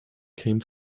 came